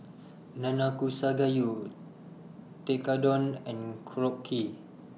Nanakusa Gayu Tekkadon and Korokke